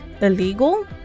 illegal